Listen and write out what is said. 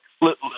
look